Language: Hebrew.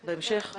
בהמשך?